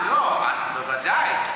בוודאי,